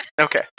Okay